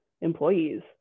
employees